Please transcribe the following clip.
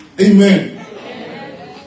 Amen